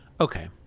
Okay